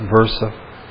versa